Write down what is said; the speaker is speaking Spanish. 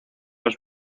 los